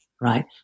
right